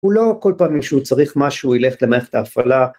‫הוא לא כל פעם, אם שהוא צריך משהו, ‫הוא ילך למערכת ההפעלה.